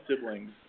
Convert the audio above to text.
siblings